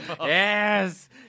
Yes